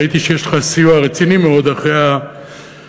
ראיתי שיש לך סיוע רציני מאוד אחרי הריאיון